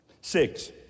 Six